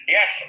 Yes